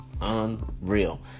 unreal